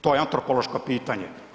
To je antropološko pitanje.